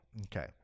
Okay